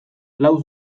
lau